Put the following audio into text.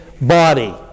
body